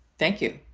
thank you.